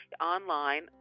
online